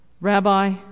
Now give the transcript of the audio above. Rabbi